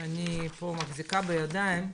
שאני פה מחזיקה בידיים,